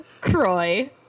croy